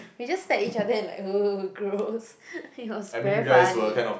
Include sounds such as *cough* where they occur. we just stared at each other and like *noise* gross *laughs* it was very funny